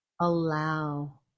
allow